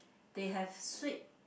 they have sweet